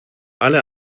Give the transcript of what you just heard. alle